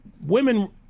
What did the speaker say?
women